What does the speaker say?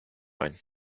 ein